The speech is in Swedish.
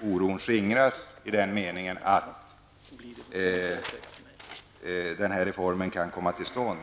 oron skingras -- reformen kan komma till stånd.